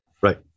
right